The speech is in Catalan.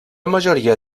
majoria